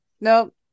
nope